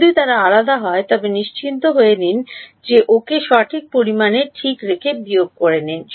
যদি তারা আলাদা হয় তবে নিশ্চিত হয়ে নিন যে ওকে সঠিক পরিমাণে ঠিক রেখে বিয়োগ করে নিন